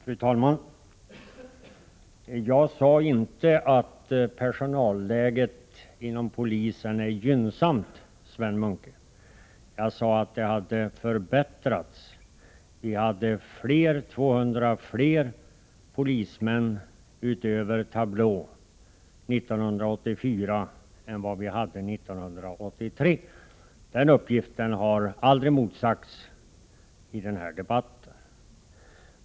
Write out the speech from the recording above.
Fru talman! Jag sade inte att personalläget inom polisen är gynnsamt, Sven Munke. Jag sade att det hade förbättrats. Vi hade 200 fler polismän utöver tablån 1984 än vad vi hade 1983. Den uppgiften har aldrig motsagts i den här debatten.